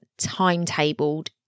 timetabled